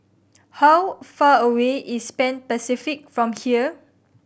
how far away is Pan Pacific from here